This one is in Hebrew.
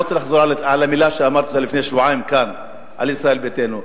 לא רוצה לחזור על המלה שאמרתי לפני שבועיים כאן על ישראל ביתנו,